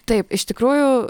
taip iš tikrųjų